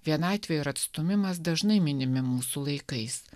vienatvė ir atstūmimas dažnai minimi mūsų laikais